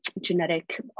genetic